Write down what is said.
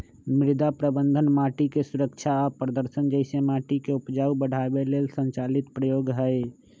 मृदा प्रबन्धन माटिके सुरक्षा आ प्रदर्शन जइसे माटिके उपजाऊ बढ़ाबे लेल संचालित प्रयोग हई